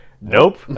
nope